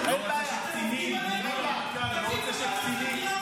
גם לא היה פרט מסוים,